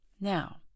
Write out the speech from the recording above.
Now